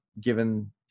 given